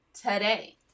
today